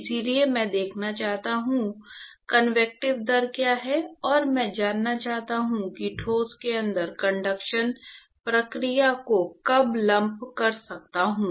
इसलिए मैं देखना चाहता हूं कि कन्वेक्टीव दर क्या है और मैं जानना चाहता हूं कि ठोस के अंदर कंडक्शन प्रक्रिया को कब लंप कर सकता हूं